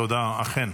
תודה, אכן.